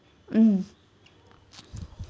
mm